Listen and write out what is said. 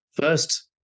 First